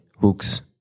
hooks